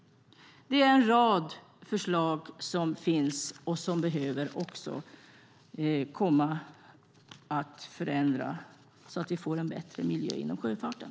Det finns en rad förslag som kan förändra så att vi får en bättre miljö inom sjöfarten.